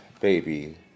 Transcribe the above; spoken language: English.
Baby